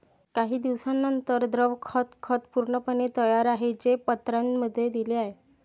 काही दिवसांनंतर, द्रव खत खत पूर्णपणे तयार आहे, जे पत्रांमध्ये दिले आहे